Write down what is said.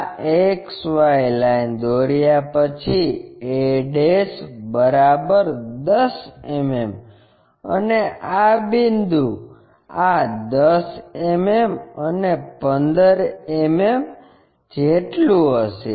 આ XY line દોર્યા પછી a બરાબર 10 mm અને આ બિંદુ આ 10 mm અને 15 mm જેટલું હશે